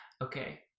Okay